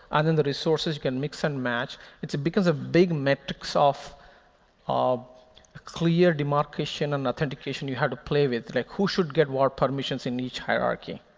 and then the resources, you can mix and match. it's because of big metrics of um clear demarcation and authentication you have to play with, like who should get what permissions in each hierarchy.